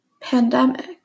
pandemic